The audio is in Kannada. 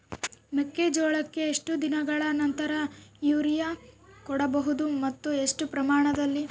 ಮೆಕ್ಕೆಜೋಳಕ್ಕೆ ಎಷ್ಟು ದಿನಗಳ ನಂತರ ಯೂರಿಯಾ ಕೊಡಬಹುದು ಮತ್ತು ಎಷ್ಟು ಪ್ರಮಾಣದಲ್ಲಿ?